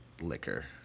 liquor